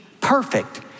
perfect